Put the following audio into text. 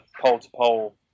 pole-to-pole